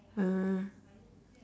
uh